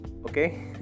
Okay